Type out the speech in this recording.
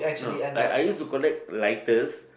I I used to collect lighters